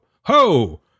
ho